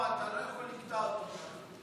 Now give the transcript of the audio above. אתה לא יכול לקטוע אותו ככה.